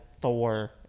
Thor